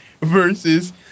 versus